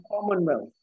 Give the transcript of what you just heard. Commonwealth